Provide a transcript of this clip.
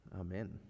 Amen